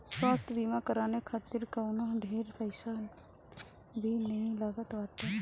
स्वास्थ्य बीमा करवाए खातिर कवनो ढेर पईसा भी नाइ लागत बाटे